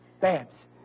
Babs